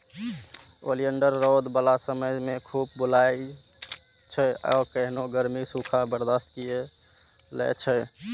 oleander रौद बला समय मे खूब फुलाइ छै आ केहनो गर्मी, सूखा बर्दाश्त कए लै छै